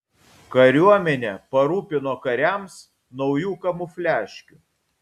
kariuomenę parūpino kariams naujų kamufliažkių